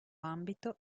ambito